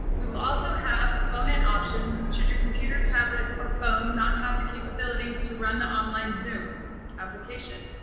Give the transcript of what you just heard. we also have a phone-in option should your computer, tablet, or phone not have the capabilities to run the online zoom application.